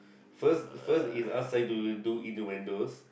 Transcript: first first is us trying to do innuendos